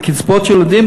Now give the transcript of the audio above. בקצבאות ילדים,